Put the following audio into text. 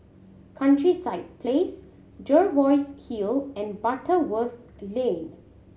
Countryside Place Jervois Hill and Butterworth Lane